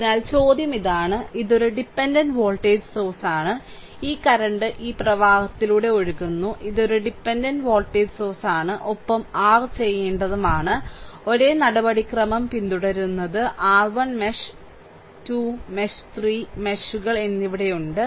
അതിനാൽ ചോദ്യം ഇതാണ് ഇത് ഒരു ഡിപെൻഡന്റ് വോൾടേജ് സോഴ്സ് ആണ് ഈ കറന്റ് ഈ പ്രവാഹത്തിലൂടെ ഒഴുകുന്നു ഇത് ഒരു ഡിപെൻഡന്റ് വോൾടേജ് സോഴ്സ് ആണ് ഒപ്പം r ചെയ്യേണ്ടതുമാണ് ഒരേ നടപടിക്രമം പിന്തുടരുന്നത് R 1 മെഷ് 2 മെഷ് 3 മെഷുകൾ എന്നിവയുണ്ട്